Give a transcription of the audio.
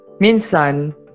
minsan